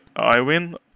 Iwin